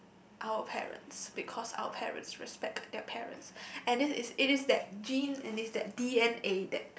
our parents because our parents respect their parents and it is it is that gene and is that D_N_A that